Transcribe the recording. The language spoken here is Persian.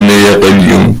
نیقلیون